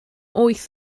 wyth